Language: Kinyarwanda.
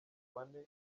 bane